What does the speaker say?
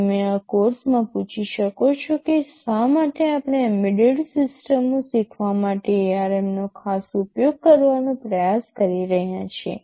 તમે આ કોર્ષમાં પૂછી શકો છો કે શા માટે આપણે એમ્બેડેડ સિસ્ટમો શીખવવા માટે ARM નો ખાસ ઉપયોગ કરવાનો પ્રયાસ કરી રહ્યા છીએ